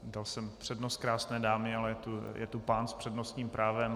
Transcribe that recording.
Dal jsem přednost krásné dámě, ale je tu pán s přednostním právem.